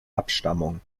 abstammung